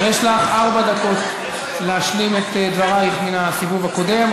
יש לך ארבע דקות להשלים את דברייך מן הסיבוב הקודם,